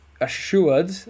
assured